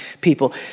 people